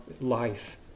life